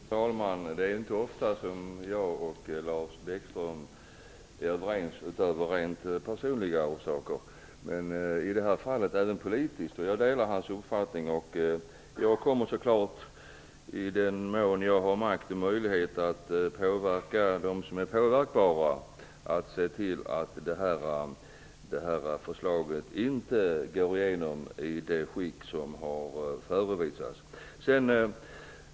Fru talman! Det är inte ofta som jag och Lars Bäckström är överens, utom av rent personliga orsaker, men i det här fallet även politiskt. Jag delar hans uppfattning. Jag kommer så klart, i den mån jag har makt och möjligheter att påverka dem som är påverkbara, att se till att det här förslaget inte går igenom i det skick som har förevisats.